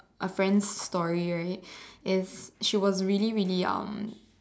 a friend's story right is she was really really um